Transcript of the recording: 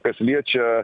kas liečia